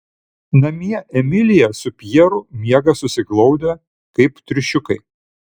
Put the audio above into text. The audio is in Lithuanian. namie emilija su pjeru miega susiglaudę kaip triušiukai